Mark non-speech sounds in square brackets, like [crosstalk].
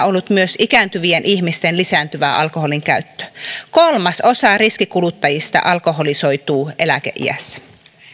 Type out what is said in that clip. [unintelligible] ollut myös ikääntyvien ihmisten lisääntyvä alkoholinkäyttö kolmasosa riskikuluttajista alkoholisoituu eläkeiässä